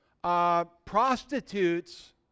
Prostitutes